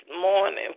morning